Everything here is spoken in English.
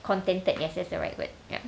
contented yes that's the right word ya